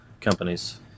companies